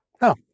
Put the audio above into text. No